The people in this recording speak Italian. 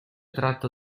tratto